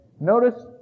Notice